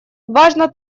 важно